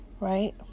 right